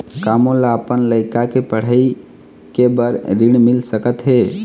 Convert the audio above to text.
का मोला अपन लइका के पढ़ई के बर ऋण मिल सकत हे?